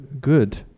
good